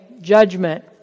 judgment